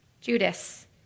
Judas